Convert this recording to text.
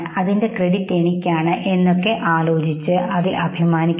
അതിന്റെ ക്രെഡിറ്റ് എനിക്കാണ് അതിൽ ഞാൻ അഭിമാനിക്കുന്നു